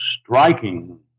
striking